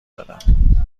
دادم